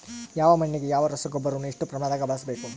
ಯಾವ ಮಣ್ಣಿಗೆ ಯಾವ ರಸಗೊಬ್ಬರವನ್ನು ಎಷ್ಟು ಪ್ರಮಾಣದಾಗ ಬಳಸ್ಬೇಕು?